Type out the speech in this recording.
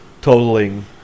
totaling